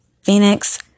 Phoenix